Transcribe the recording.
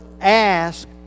ask